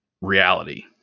reality